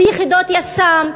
ביחידות יס"מ,